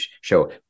show